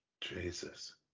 Jesus